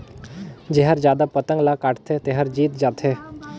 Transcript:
जेहर जादा पतंग ल काटथे तेहर जीत जाथे